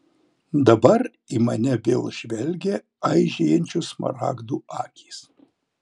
dabar į mane vėl žvelgė aižėjančių smaragdų akys